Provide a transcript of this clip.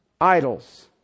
idols